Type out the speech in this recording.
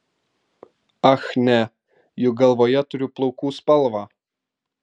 ach ne juk galvoje turiu plaukų spalvą